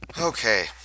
Okay